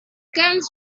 guns